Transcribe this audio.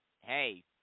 hey